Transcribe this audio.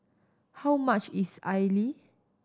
how much is idly